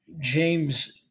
James